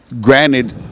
Granted